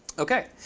ok.